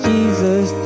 Jesus